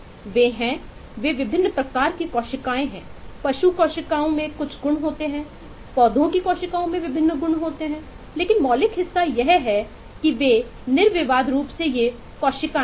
वे हैं वे विभिन्न प्रकार की कोशिकाएं हैं पशु कोशिकाओं में कुछ गुण होते हैं पौधों की कोशिकाएं मैं विभिन्न गुण होती हैं लेकिन मौलिक हिस्सा यह है कि वे निर्विवाद रूप से ये कोशिकाएं हैं